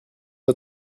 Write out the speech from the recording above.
les